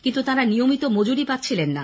কিন্তু তাঁরা নিয়মিত মজুরি পাচ্ছিলেন না